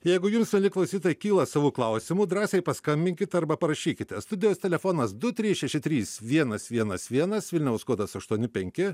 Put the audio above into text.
jeigu jums mieli klausytojai kyla savo klausimu drąsiai paskambinkit arba parašykite studijos telefonas du trys šeši trys vienas vienas vienas vilniaus kodas aštuoni penki